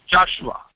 Joshua